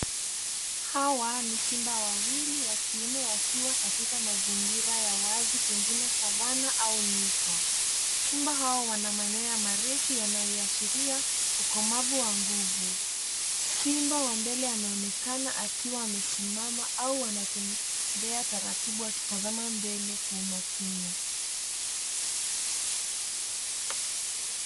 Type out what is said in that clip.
Hawa ni simba wawili wa kiume wakiwa katika mazingira ya wazi pengine savanna au nyika. Simba hao wana manyoya marefu yanayoashiria ukomavu wa nguvu. Simba wa mbele anaonekana akiwa amesimama au anatembea taratibu akitazama mbele kwa umakini.